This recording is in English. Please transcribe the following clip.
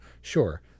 Sure